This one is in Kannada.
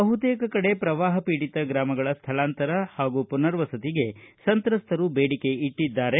ಬಹುತೇಕ ಕಡೆ ಪ್ರವಾಹಪೀಡಿತ ಗ್ರಾಮಗಳ ಸ್ಥಳಾಂತರ ಹಾಗೂ ಪುರ್ನವಸತಿಗೆ ಸಂತ್ರಸ್ತರು ಬೇಡಿಕೆ ಇಟ್ಟದ್ದಾರೆ